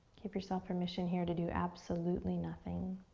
give yourself permission here to do absolutely nothing.